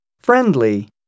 friendly